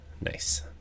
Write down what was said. Nice